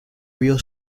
vio